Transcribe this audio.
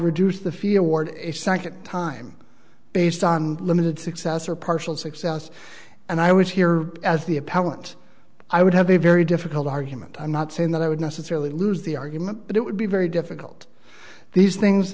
second time based on limited success or partial success and i was here as the appellant i would have a very difficult argument i'm not saying that i would necessarily lose the argument but it would be very difficult these things